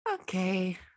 Okay